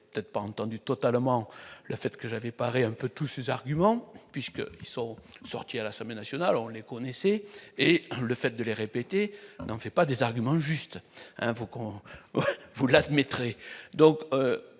les avez peut-être pas entendu totalement le fait que j'avais paraît un peu tous ces arguments puisque ils sont sortis à l'Assemblée nationale, on les connaissait et le fait de les répéter, donc c'est pas des arguments, juste un, on vous l'admettrez,